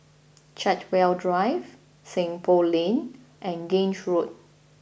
Chartwell Drive Seng Poh Lane and Grange Road